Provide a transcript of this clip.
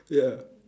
ya